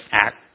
act